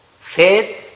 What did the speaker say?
Faith